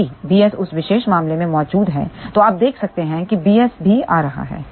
यदि bs उस विशेष मामले में मौजूद है तो आप देख सकते हैं कि bs भी आ रहा है